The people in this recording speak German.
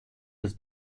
des